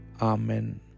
Amen